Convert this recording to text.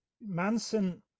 Manson